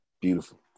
Beautiful